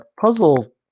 Puzzle